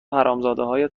حرامزادههای